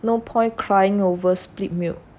no point crying over spilt milk